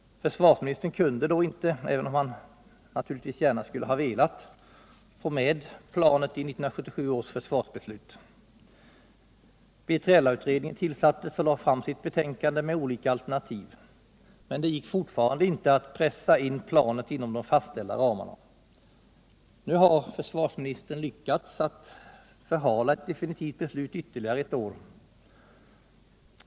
Försvarsministern kunde då inte, även om han naturligtvis gärna skulle ha velat, få med planet i 1977 års försvarsbeslut. Nu har försvarsministern lyckats förhala ett definitivt beslut ytterligare ett år.